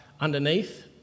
underneath